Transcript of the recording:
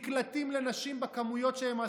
המקלטים בכמויות שהם עשו,